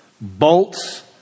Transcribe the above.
bolts